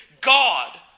God